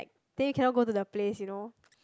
then you cannot go to the place you know